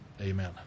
Amen